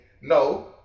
no